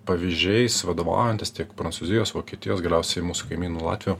pavyzdžiais vadovaujantis tiek prancūzijos vokietijos galiausiai mūsų kaimynų latvių